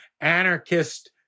anarchist